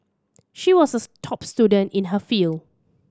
she was a top student in her field